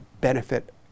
benefit